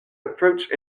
approach